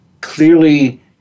clearly